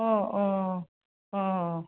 অঁ অঁ অঁ